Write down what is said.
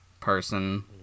person